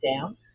down